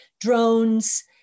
drones